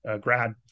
grad